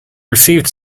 received